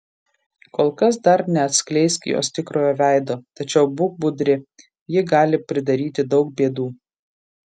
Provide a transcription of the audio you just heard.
kol kas dar neatskleisk jos tikrojo veido tačiau būk budri ji gali pridaryti daug bėdų